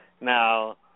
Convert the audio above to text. Now